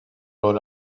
rol